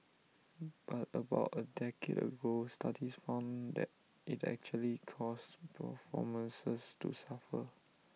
but about A decade ago studies found that IT actually caused performances to suffer